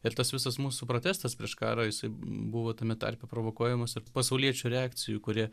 ir tas visas mūsų protestas prieš karą jisai buvo tame tarpe provokuojamas ir pasauliečių reakcijų kurie